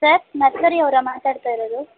sir nursery ಅವ್ರಾ ಮಾತಾಡ್ತಾ ಇರೋದು